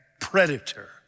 Predator